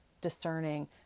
discerning